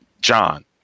John